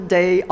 day